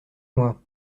moi